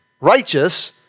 righteous